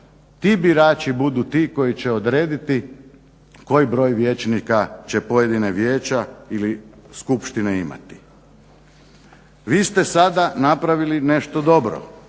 ti birači budu ti koji će odrediti koji broj vijećnika će pojedina vijeća ili skupštine imati. Vi ste sada napravili nešto dobro,